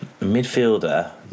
midfielder